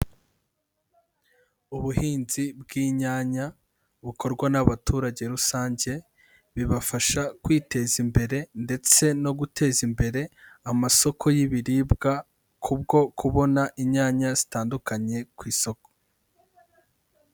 Ubuhinzi bw'inyanya bukorwa n'abaturage rusange, bibafasha kwiteza imbere ndetse no guteza imbere amasoko y'ibiribwa kubwo kubona inyanya zitandukanye ku isoko.